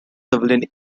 civilian